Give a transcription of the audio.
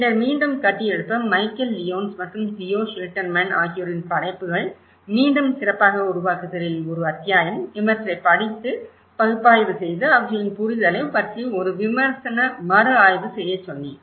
பின்னர் மீண்டும் கட்டியெழுப்ப மைக்கேல் லியோன்ஸ் மற்றும் தியோ ஷில்டர்மேன் ஆகியோரின் படைப்புகள் மீண்டும் சிறப்பாக உருவாக்குதலில் ஒரு அத்தியாயம் இவற்றைப் படித்து பகுப்பாய்வு செய்து அவர்களின் புரிதலைப் பற்றி ஒரு விமர்சன மறுஆய்வு செய்யச் சொன்னேன்